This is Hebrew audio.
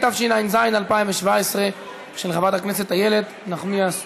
התשע"ז 2017, של חברת הכנסת איילת נחמיאס ורבין,